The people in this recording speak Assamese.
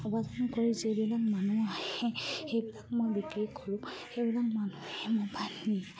উপাৰ্জন কৰি যিবিলাক মানুহ আহে সেইবিলাক মই বিক্ৰী কৰোঁ সেইবিলাক মানুহে মোবাইল